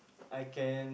I can